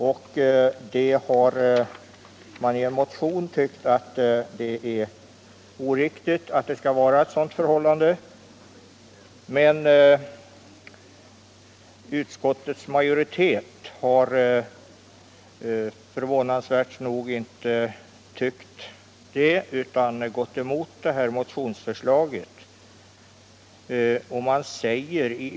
Detta förhållande anser en motionär vara oriktigt, men utskottets majoritet har förvånansvärt nog inte delat denna uppfattning utan gått emot motionsförslaget.